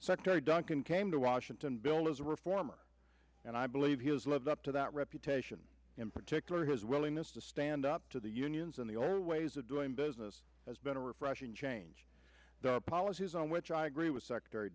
secretary duncan came to washington bill is a reformer and i believe he has lived up to that reputation in particular his willingness to stand up to the unions and the old ways of doing business has been a refreshing change the policies on which i agree with sec